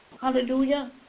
Hallelujah